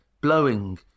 blowing